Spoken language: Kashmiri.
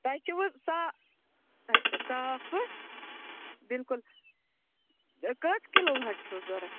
تۄہہِ چھُوٕ سا اچھا صافہٕ بِلکُل کٔژ کِلو حظ چھِو ضروٗرت